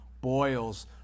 boils